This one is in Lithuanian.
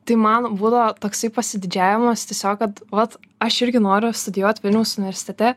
tai mano būdavo toksai pasididžiavimas tiesiog kad vat aš irgi noriu studijuot vilniaus universitete